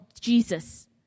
Jesus